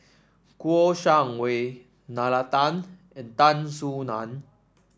Kouo Shang Wei Nalla Tan and Tan Soo Nan